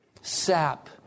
sap